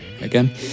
again